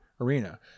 arena